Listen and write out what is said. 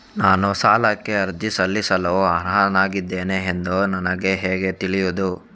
ನಾನು ಸಾಲಕ್ಕೆ ಅರ್ಜಿ ಸಲ್ಲಿಸಲು ಅರ್ಹನಾಗಿದ್ದೇನೆ ಎಂದು ನನಗೆ ಹೇಗೆ ತಿಳಿಯುದು?